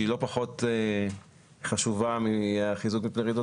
שהיא לא פחות חשובה מחיזוק מפני רעידות